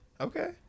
Okay